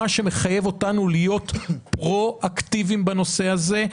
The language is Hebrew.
מה שמחייב אותנו להיות פרואקטיביים בנושא הזה,